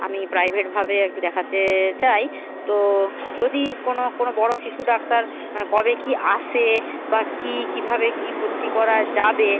আমি প্রাইভেট ভাবেই একটু দেখাতে চাই তো যদি কোনো কোনো বড় শিশু ডাক্তার কবে কী আসে বা কী কীভাবে কী ভর্তি করা যাবে